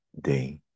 day